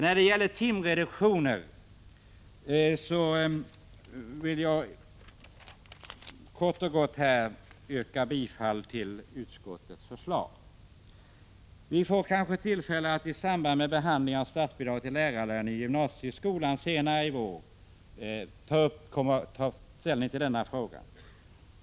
Beträffande timreduktioner vill jag kort och gott yrka bifall till utskottets förslag. Vi får kanske tillfälle att i samband med behandlingen av statsbidraget till lärarlöner i gymnasieskolan senare i vår ta ställning till denna fråga.